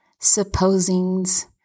supposings